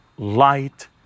Light